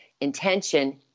Intention